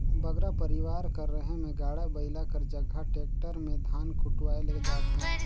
बगरा परिवार कर रहें में गाड़ा बइला कर जगहा टेक्टर में धान कुटवाए ले जाथें